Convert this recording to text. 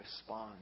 respond